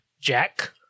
Jack